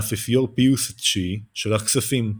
האפיפיור פיוס התשיעי, שלח כספים.